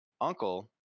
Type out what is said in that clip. uncle